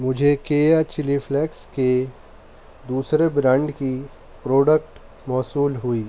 مجھے کییا chilli flakes کے دوسرے برانڈ کی پراڈکٹ موصول ہوئی